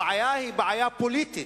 הבעיה היא בעיה פוליטית,